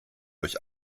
durch